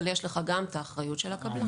אבל יש גם את האחריות של הקבלן.